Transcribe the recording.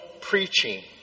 preaching